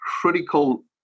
critical